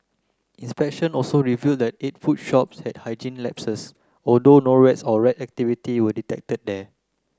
inspections also revealed that eight food shops had hygiene lapses although no rats or rat activity were detected there